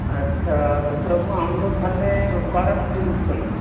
ᱟᱪᱪᱷᱟ ᱰᱟᱠᱛᱚᱨ ᱵᱟ ᱵᱩ ᱟᱢᱫᱚ ᱛᱟᱦᱚᱞᱮ ᱚᱠᱟᱨᱮᱢ ᱫᱩᱲᱩᱵ ᱠᱟᱱᱟ